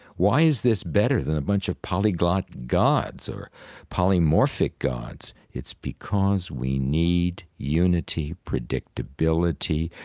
why is this better than a bunch of polyglot gods or polymorphic gods? it's because we need unity, predictability.